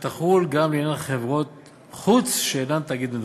תחול גם לעניין חברות-חוץ שאינן תאגיד מדווח.